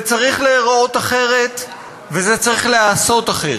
זה צריך להיראות אחרת וזה צריך להיעשות אחרת.